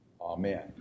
Amen